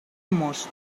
most